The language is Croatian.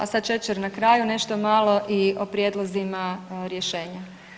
A sad šećer na kraju, nešto malo i o prijedlozima rješenja.